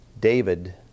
David